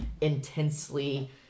intensely